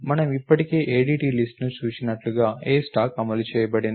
మనము ఇప్పటికే ADT list ను చూసినట్లుగా a స్టాక్ అమలు చేయబడింది